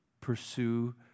pursue